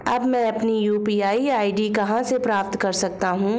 अब मैं अपनी यू.पी.आई आई.डी कहां से प्राप्त कर सकता हूं?